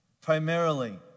primarily